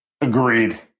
Agreed